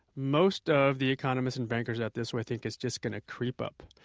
most of the economists and bankers out this way think it's just going to creep up.